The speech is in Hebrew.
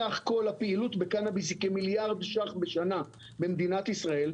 סך כול הפעילות בקנביס הוא כמיליארד שקלים בשנה במדינת ישראל,